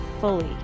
fully